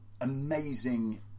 amazing